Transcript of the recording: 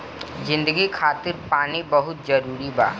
जिंदगी खातिर पानी बहुत जरूरी बा